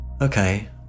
Okay